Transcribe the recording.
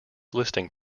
listing